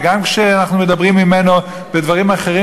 וגם כשאנחנו מדברים בדברים אחרים,